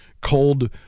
cold